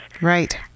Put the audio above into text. Right